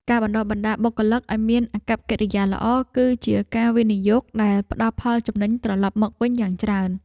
ការបណ្ដុះបណ្ដាលបុគ្គលិកឱ្យមានអាកប្បកិរិយាល្អ គឺជាការវិនិយោគដែលផ្ដល់ផលចំណេញត្រឡប់មកវិញយ៉ាងច្រើន។